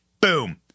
boom